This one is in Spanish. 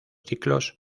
ciclos